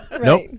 nope